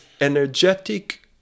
energetic